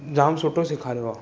जाम सुठो सेखारियो आहे